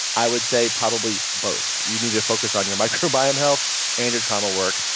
i would say probably both you need to focus on your microbiome health and your trauma work.